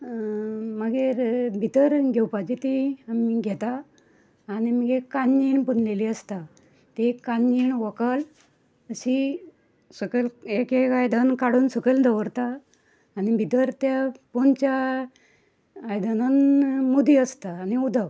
मागेर भितर घेवपाचीं तीं माय घेता आनी मगीर कांजीण पुनलेली आसता ती कांजीण व्हंकल अशी सकयल एक एक आयदन काडून सकयल दवरता आनी भितर त्या पोनच्या आयदनान मुदी आसता आनी उदक